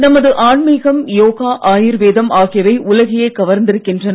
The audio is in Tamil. நமது ஆன்மீகம் யோகா ஆயுர்வேதம் ஆகியவை உலகையே கவர்ந்திருக்கின்றன